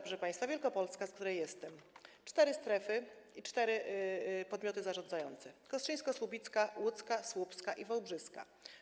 Proszę państwa, Wielkopolska, z której jestem: cztery strefy i cztery podmioty zarządzające - kostrzyńsko-słubicka, łódzka, słupska i wałbrzyska.